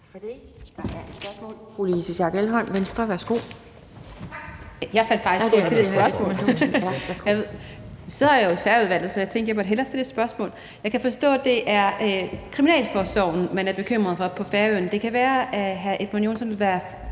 Jeg sidder jo i Færøudvalget, så jeg tænkte, at jeg hellere måtte stille et spørgsmål. Jeg kan forstå, at det er kriminalforsorgen, man er bekymret for på Færøerne. Det kan være, at hr. Edmund Joensen vil være